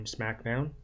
SmackDown